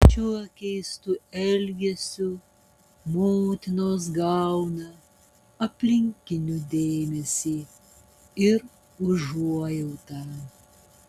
šiuo keistu elgesiu motinos gauna aplinkinių dėmesį ir užuojautą